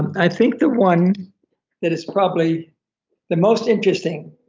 i think the one that is probably the most interesting